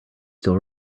still